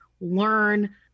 learn